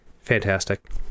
fantastic